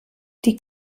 die